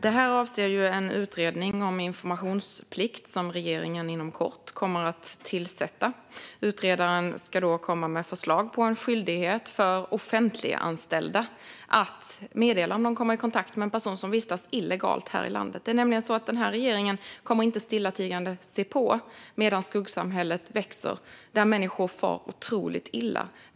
Detta avser en utredning om informationsplikt som regeringen kommer att tillsätta inom kort. Utredaren ska komma med förslag om en skyldighet för offentliganställda att meddela om de kommer i kontakt med en person som vistas illegalt här i landet. Regeringen kommer nämligen inte stillatigande att se på medan skuggsamhället växer och människor far otroligt illa.